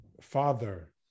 Father